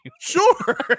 Sure